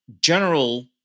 general